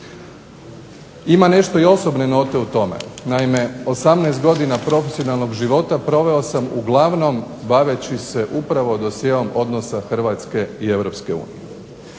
Ima nešto i osobne note u tome. Naime, 18 godina profesionalnog života proveo sam uglavnom baveći se upravo dosjeom odnosa Hrvatske i